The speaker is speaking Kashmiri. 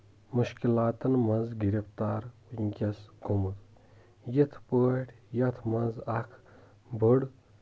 مُشکِلاتَن منٛز گِرفتار وٕنٛکیٚس گوٚمُت یَتھ پٲٹھۍ یَتھ منٛز اکھ بٔڑ